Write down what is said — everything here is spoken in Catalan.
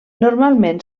normalment